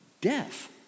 death